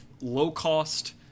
low-cost